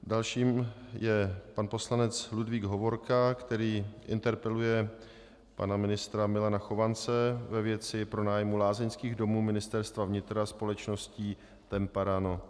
Dalším je pan poslanec Ludvík Hovorka, který interpeluje pana ministra Milana Chovance ve věci pronájmu lázeňských domů ministerstva vnitra společností TEMPARANO.